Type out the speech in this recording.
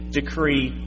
decree